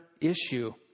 issue